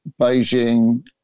Beijing